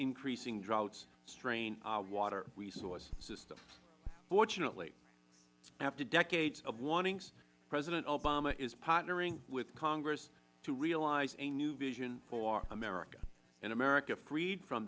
increasing droughts strain our water resource system fortunately after decades of warnings president obama is partnering with congress to realize a new vision for america an america freed from